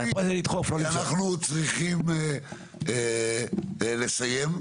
אנחנו צריכים לסיים.